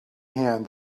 hand